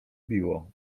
biło